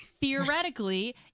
theoretically